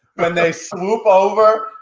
when they swoop over,